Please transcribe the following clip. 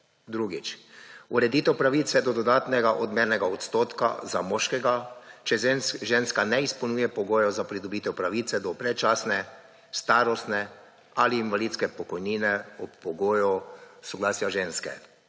Drugič. Ureditev pravice do dodatnega odmernega odstotka za moškega, če ženska ne izpolnjuje pogojev za pridobitev pravice do predčasne starostne ali invalidske pokojnine pod pogojem soglasja ženske.